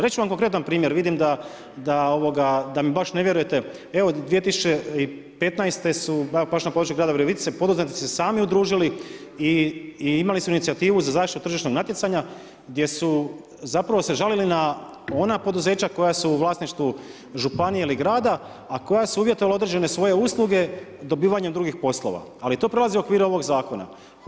Reći ću vam konkretan primjer, vidim da mi baš ne vjerujete, evo 2015. baš na području grada Virovitice poduzetnici se sami udružili i imali su inicijativu za zaštitu tržišnog natjecanja gdje su se žalili na ona poduzeća koja su u vlasništvu županije ili grada, a koja su uvjetovala svoje određene usluge dobivanjem drugih poslova, ali to prelazi okvire ovog zakona.